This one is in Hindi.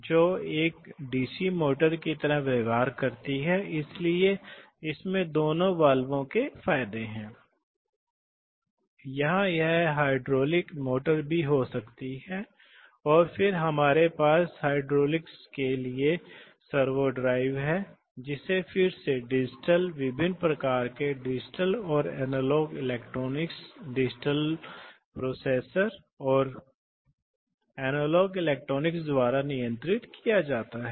तो यह एक रेडियल पिस्टन मोटर के लिए एक तस्वीर है इसलिए आप देखते हैं कि यदि आप इन पर दबाव लागू करते हैं यदि आप इन पिस्टन पर क्रमिक रूप से दबाव डालते हैं तो यह क्योंकि इस यांत्रिक व्यवस्था के कारण घूर्णी गति होगी तो यह स्वाभाविक रूप से है यह एक सकारात्मक विस्थापन प्रकार है जो पिस्टन गति के प्रत्येक चक्र में हवा की एक निश्चित मात्रा है हवा सिस्टम में जाती है